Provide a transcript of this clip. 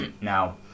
Now